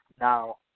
Now